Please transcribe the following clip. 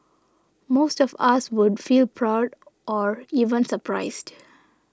most of us would feel proud or even surprised